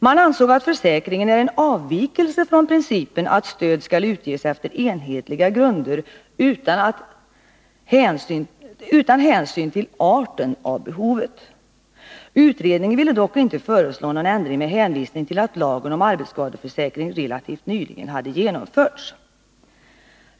Man ansåg att försäkringen var en avvikelse från principen att stöd skall utges efter enhetliga grunder utan hänsyn till arten av behovet. Utredningen ville dock inte föreslå någon ändring med hänvisning till att lagen om arbetsskadeförsäkring relativt nyligen hade genomförts.